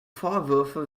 vorwürfe